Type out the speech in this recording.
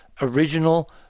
original